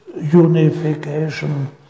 unification